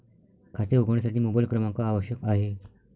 खाते उघडण्यासाठी मोबाइल क्रमांक आवश्यक आहे